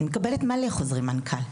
מקבלת מלא חוזרי מנכ"ל.